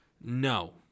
No